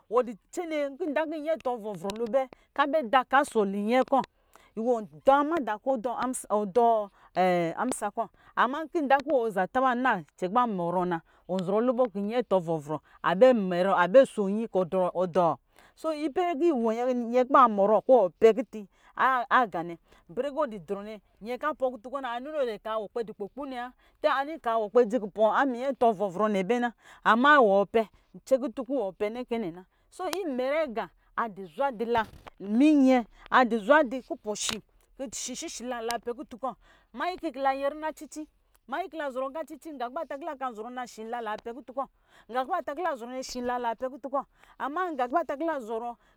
Wɔ dɔ tsene nkɔ da kɔ nyɛ atɔ vɔvrɔ lo bɛ kɔ abɛ da ɔka ɔsɔ wɔ linyɛ kɔ wɔnda mada kɔ ɔ dɔɔ amsa kɔ ama nkɔ avan kɔ wɔ zataba na cɛnkɔ ban mɔrɔ na ɔzɔrɔ lubɔ kɔ nyɛ atɔ vɔvrɔ abɛ sho nwyi kɔ ɔdɔɔ so ipɛrɛ kɔ wɔ nyɛ kɔ ba mɔrɔ kɔ wɔ pɛ kutu aga nɛ ipɛrɛ kɔ wɔ du drɔ nɛ nyɛ kɔ apɔ na anini wɔ ka kpoku nɛ wa ani kaa wɔ kpɛ dzi kubɔ munyɛ atɔ vɔ vrɔ nɛ wa dɔ bɛ na ama wɔ pɛ cɛ kutunkɔ wɔ pɛnɛ kɛ nɛ na so imɛrɛ aga adɔ zwa dula minyɛ adu zwa du kupɔ shi kɔ shishishi la lapɛ kutu kɔ manyin kɔ la nyɛ rina cici manyi kɔ la zɔrɔ aga cici nga kɔ bata kɔ la kan zɔrɔ na shi la pɛ kutu kɔ nga kɔ bata kɔ la zɔrɔ shi la pɛkutu kɔ ama nga kɔ bata kɔ la zɔrɔ